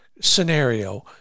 scenario